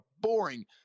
boring